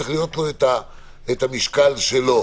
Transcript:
צריך להיות לו המשקל שלו.